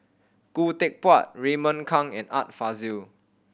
Khoo Teck Puat Raymond Kang and Art Fazil